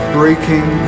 breaking